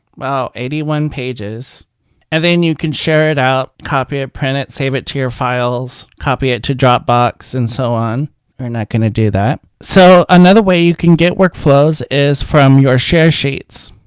wow, eighty one pages and then you can share it out copy it, print it, save it to you files copy it to dropbox and so on we're not going to do that. so another way you can get workflows is from your share sheets